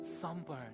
sunburn